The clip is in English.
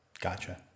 Gotcha